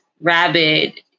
rabid